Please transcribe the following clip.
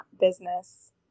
business